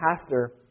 pastor